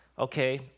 okay